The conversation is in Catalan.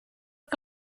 que